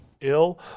ill